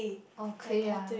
oh clay ah